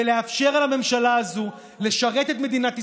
ולאפשר לממשלה הזאת לשרת את מדינת ישראל,